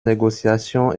négociations